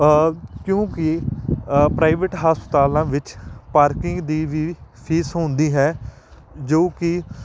ਕਿਉਂਕਿ ਪ੍ਰਾਈਵੇਟ ਹਸਪਤਾਲਾਂ ਵਿੱਚ ਪਾਰਕਿੰਗ ਦੀ ਵੀ ਫੀਸ ਹੁੰਦੀ ਹੈ ਜੋ ਕਿ